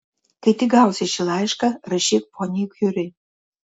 kai tik gausi šį laišką rašyk poniai kiuri